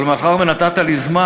אבל מאחר שנתת לי זמן,